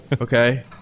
okay